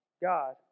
God